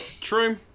True